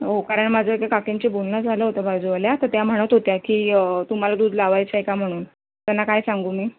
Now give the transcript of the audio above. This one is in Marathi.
हो कारण माझं एका काकींशी बोलणं झालं होतं बाजूवाल्या तर त्या म्हणत होत्या की तुम्हाला दूध लावायचं आहे का म्हणून त्यांना काय सांगू मी